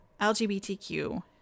LGBTQ